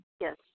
Yes